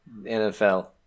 nfl